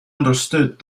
understood